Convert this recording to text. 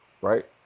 right